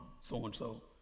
so-and-so